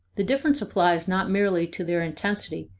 the difference applies not merely to their intensity,